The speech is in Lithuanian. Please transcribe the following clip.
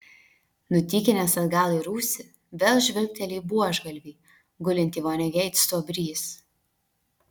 nutykinęs atgal į rūsį vėl žvilgteli į buožgalvį gulintį vonioje it stuobrys